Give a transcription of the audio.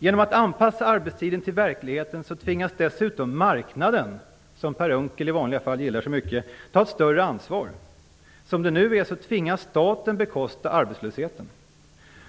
Genom att anpassa arbetstiderna till verkligheten tvingas dessutom marknaden, som Per Unckel i vanliga fall gillar mycket, att ta ett större ansvar. Som det nu är tvingas staten bekosta arbetslösheten.